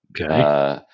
Okay